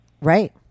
Right